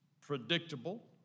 predictable